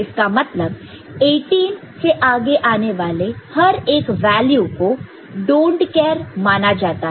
इसका मतलब 18 से आगे आने वाले हर एक वैल्यू को डोंट केयर माना जाता है